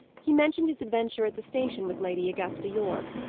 he mentioned his adventure at the station with lady augusta yorke.